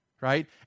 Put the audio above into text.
right